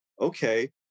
okay